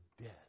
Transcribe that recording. dead